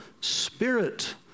Spirit